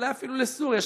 אולי אפילו לסוריה,